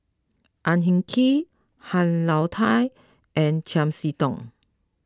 Ang Hin Kee Han Lao Da and Chiam See Tong